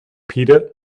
peter